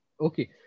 okay